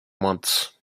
months